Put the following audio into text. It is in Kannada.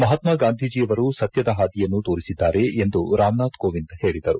ಮಹಾತ್ಮ ಗಾಂಧೀಜಿಯವರು ಸತ್ವದ ಹಾದಿಯನ್ನು ತೋರಿಸಿದ್ದಾರೆ ಎಂದು ರಾಮನಾಥ್ ಕೋವಿಂದ್ ಹೇಳಿದರು